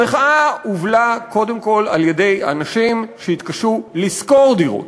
המחאה הובלה קודם כול על-ידי אנשים שהתקשו לשכור דירות.